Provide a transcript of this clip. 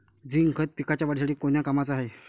Zinc खत पिकाच्या वाढीसाठी कोन्या कामाचं हाये?